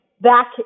back